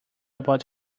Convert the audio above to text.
about